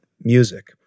music